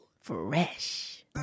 fresh